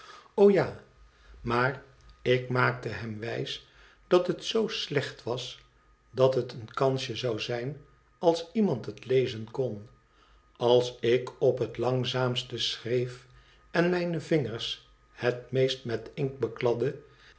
lo ja maar ik maakte hem wijs dat het zoo slecht was dat het een kansje zou zijn als iemand het lezen kon als ik op het langzaamste schreef en mijne vingers het meest met inkt